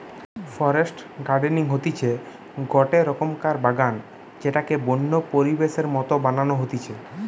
forest gardening হতিছে গটে রকমকার বাগান যেটাকে বন্য পরিবেশের মত বানানো হতিছে